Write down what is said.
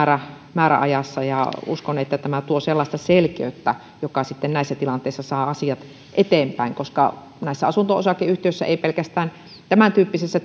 määräajassa uskon että tämä tuo sellaista selkeyttä joka sitten näissä tilanteissa saa asiat eteenpäin näissä asunto osakeyhtiöissä ei pelkästään tämäntyyppisissä